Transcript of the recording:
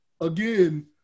again